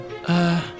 Uh